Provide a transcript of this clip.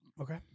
Okay